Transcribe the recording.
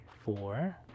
Four